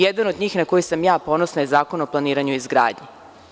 Jedan od njih na koji sam ja ponosna je Zakon o planiranju i izgradnji.